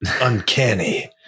Uncanny